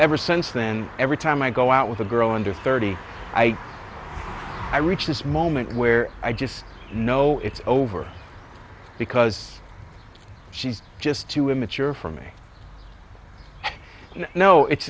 ever since then every time i go out with a girl under thirty i i reach this moment where i just know it's over because she's just too immature for me you know it's